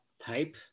type